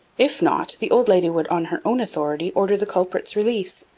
if not, the old lady would on her own authority order the culprit's release,